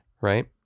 right